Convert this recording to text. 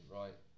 right